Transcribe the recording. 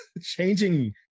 changing